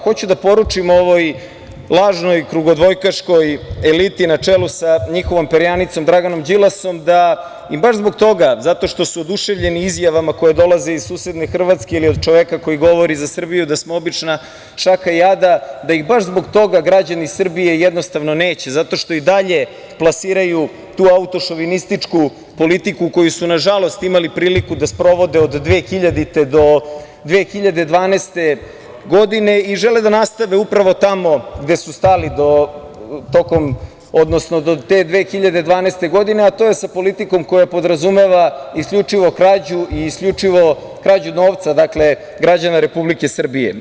Hoću da poručim ovoj lažnoj krugodvojkaškoj eliti, na čelu sa njihovom perjanicom Draganom Đilasom, da ih baš zbog toga, zato što su oduševljeni izjavama koje dolaze iz susedne Hrvatske ili od čoveka koji govori za Srbiju da smo obična šaka jada, građani Srbije jednostavno neće, zato što i dalje plasiraju tu autošovinističku politiku koju su, nažalost, imali priliku da sprovode od 2000. do 2012. godine i žele da nastave upravo tamo gde su stali tokom, odnosno do te 2012. godine, a to je sa politikom koja podrazumeva isključivo krađu i isključivo krađu novca građana Republike Srbije.